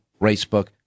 Racebook